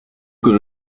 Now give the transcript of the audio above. can